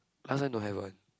last time don't have one